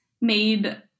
made